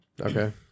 Okay